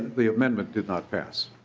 the amendment did not pass.